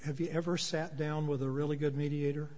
have you ever sat down with a really good mediator